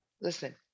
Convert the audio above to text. listen